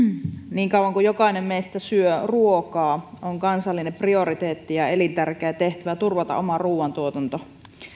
niin kauan kuin jokainen meistä syö ruokaa on kansallinen prioriteetti ja elintärkeä tehtävä turvata oma ruuantuotanto